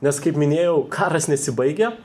nes kaip minėjau karas nesibaigia